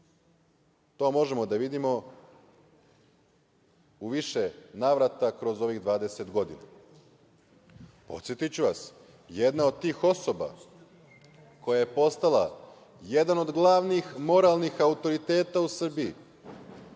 To možemo da vidimo u više navrata kroz ovih 20 godina. Podsetiću vas - jedna od tih osoba koja je postala jedan od glavnih moralnih autoriteta u Srbiji,